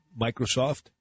Microsoft